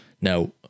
Now